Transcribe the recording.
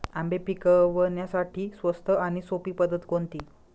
आंबे पिकवण्यासाठी स्वस्त आणि सोपी पद्धत कोणती?